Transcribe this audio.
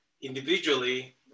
individually